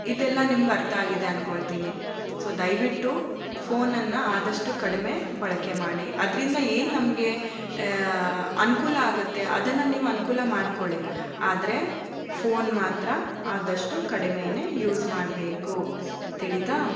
ಇದೆಲ್ಲಾ ನಿಮಗೆ ಅರ್ಥ ಆಗಿದೆ ಅಂದುಕೊಳ್ತೀನಿ ಸೊ ದಯವಿಟ್ಟು ಫೋನನ್ನು ಆದಷ್ಟು ಕಡಿಮೆ ಬಳಕೆ ಮಾಡಿ ಅದರಿಂದ ಏನು ನಮಗೆ ಅನುಕೂಲ ಆಗುತ್ತೆ ಅದನ್ನು ನೀವು ಅನುಕೂಲ ಮಾಡ್ಕೀಳಿ ಆದರೆ ಫೋನ್ ಮಾತ್ರ ಆದಷ್ಟು ಕಡಿಮೆನೇ ಯೂಸ್ ಮಾಡಬೇಕು ತಿಳೀತಾ